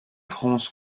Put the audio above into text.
france